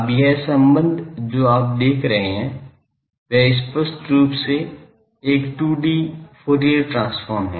अब यह सम्बन्ध जो आप देख रहे हैं वह स्पष्ट रूप से एक 2D फूरियर ट्रांसफॉर्म है